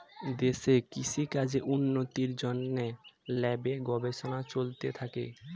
দেশে কৃষি কাজের উন্নতির জন্যে ল্যাবে গবেষণা চলতে থাকে